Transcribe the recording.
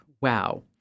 Wow